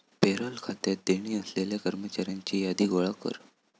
payroll खात्यात देणी असलेल्या कर्मचाऱ्यांची यादी गोळा कर